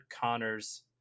Connors